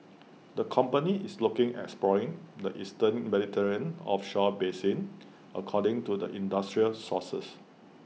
the company is looking at exploring the eastern Mediterranean offshore basin according to the industry sources